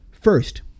First